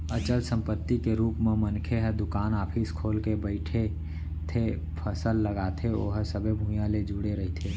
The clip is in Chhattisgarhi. अचल संपत्ति के रुप म मनखे ह दुकान, ऑफिस खोल के बइठथे, फसल लगाथे ओहा सबे भुइयाँ ले जुड़े रहिथे